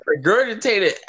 Regurgitated